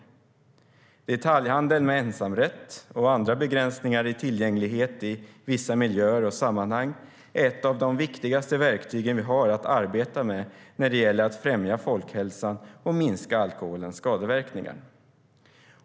Detaljhandel med ensamrätt, och andra begränsningar i tillgänglighet i vissa miljöer och sammanhang, är ett av de viktigaste verktyg vi har att arbeta med när det gäller att främja folkhälsan och minska alkoholens skadeverkningar.